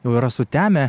jau yra sutemę